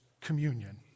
communion